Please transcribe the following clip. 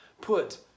put